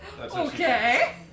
Okay